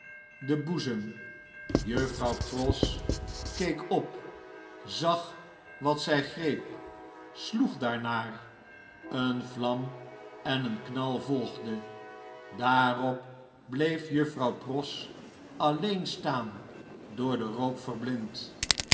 den boezem juffrouw pross keek op zag zjj greep sloeg daarnaar eene vlam en een knal volgde daarop bleef juffrouw pross alleen staan door den rook verblind